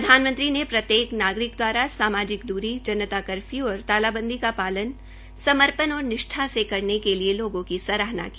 प्रधानमंत्री ने प्रत्येक नागरिक द्वारा सामजिक दूरी जनता कर्फ्यू और तालाबंदी का पालन समर्पण और निष्ठा से करने के लिए सराहना की